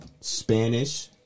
Spanish